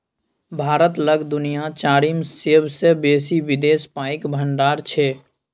भारत लग दुनिया चारिम सेबसे बेसी विदेशी पाइक भंडार छै